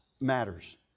matters